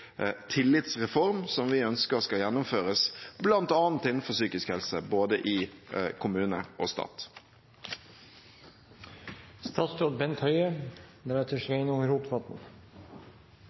«tillitsreform», som vi ønsker skal gjennomføres bl.a. innenfor psykisk helse, både i kommune og stat.